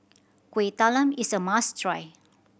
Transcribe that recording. Kueh Talam is a must try